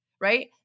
Right